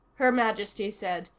her majesty said.